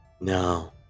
No